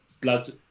blood